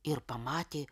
ir pamatė